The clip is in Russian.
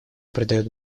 придает